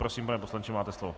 Prosím, pane poslanče, máte slovo.